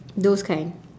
those kind